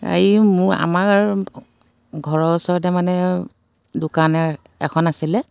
এই মোৰ আমাৰ ঘৰৰ ওচৰতে মানে দোকান এখন আছিলে